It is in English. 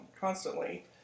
constantly